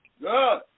Good